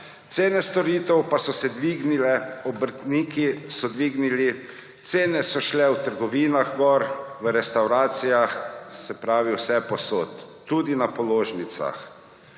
cene storitev pa so se dvignile, obrtniki so dvignili cene, cene so šle v trgovinah gor, v restavracijah, se pravi vsepovsod, tudi na položnicah.